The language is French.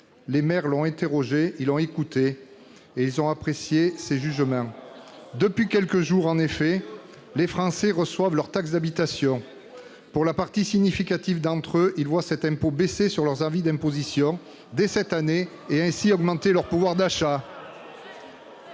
Les maires l'ont interrogée, écoutée et ils ont apprécié ses jugements. Depuis quelques jours en effet, les Français reçoivent leur taxe d'habitation. Pour une part significative d'entre eux, ils voient cet impôt baisser sur leur avis d'imposition dès cette année et ainsi augmenter leur pouvoir d'achat.